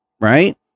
right